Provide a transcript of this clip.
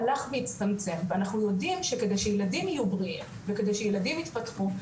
הלך והצטמצם ואנחנו יודעים שכדי ילדים יהיו בריאים וכדי שילדים התפתחו,